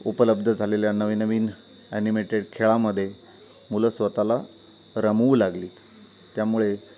उपलब्ध झालेल्या नवीनवीन ॲनिमेटेड खेळामध्ये मुलं स्वतःला रमवू लागली त्यामुळे